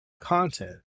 content